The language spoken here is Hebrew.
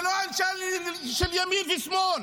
זה לא שאלה של ימין ושמאל.